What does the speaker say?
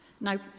Now